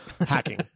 hacking